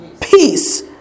peace